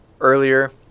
earlier